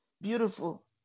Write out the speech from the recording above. beautiful